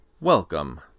Welcome